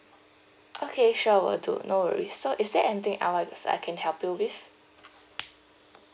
okay sure will do no worries so is there anything else I I can help you with